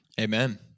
Amen